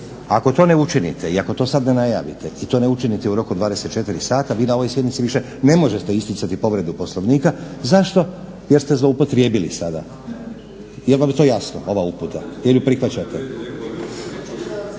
ako to ne učinite i ako to sada ne najavite i to ne učinite u roku 24 sata vi na ovoj sjednici ne možete isticati povredu Poslovnika. Zašto? Jer ste zloupotrijebili sada. jel vam je jasna ova uputa jel ju prihvaćate?